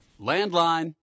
Landline